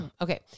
okay